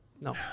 No